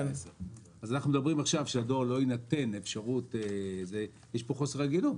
אם אנחנו מדברים עכשיו שלדואר לא תינתן אפשרות יש פה חוסר הגינות.